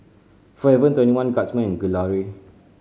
Forever Twenty One Guardsman Gelare